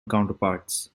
counterparts